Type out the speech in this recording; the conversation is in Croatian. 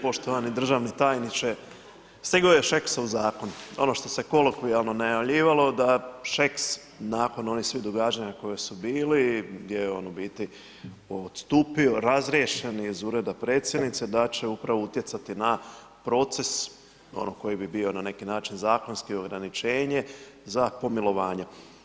Poštovani državni tajniče, stigao je Šeksov zakon, ono što se kolokvijalno najavljivalo da Šeks nakon onih svih događanja koje su bili, gdje on u biti odstupio, razriješen je iz Ureda Predsjednice, da će upravo utjecati na proces ono koji bi bio na neki način zakonski ograničenje za pomilovanje.